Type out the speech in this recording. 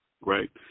right